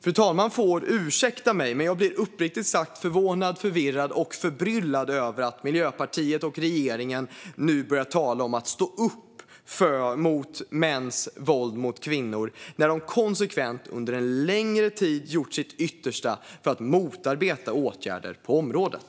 Fru talman får ursäkta mig, men jag blir uppriktigt sagt förvånad, förvirrad och förbryllad över att Miljöpartiet och regeringen nu börjar tala om att stå upp mot mäns våld mot kvinnor när de konsekvent under en längre tid gjort sitt yttersta för att motarbeta åtgärder på området.